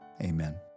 Amen